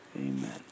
Amen